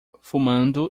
fumando